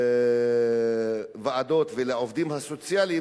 לוועדות ולעובדים הסוציאליים,